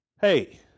Hey